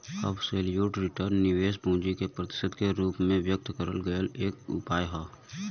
absolute return निवेशित पूंजी के प्रतिशत के रूप में व्यक्त करल गयल एक उपाय हौ